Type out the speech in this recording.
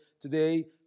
today